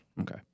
Okay